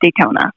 Daytona